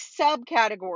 subcategories